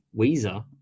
Weezer